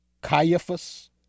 Caiaphas